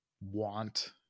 want